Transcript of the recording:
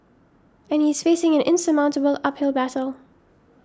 and he is facing an insurmountable uphill battle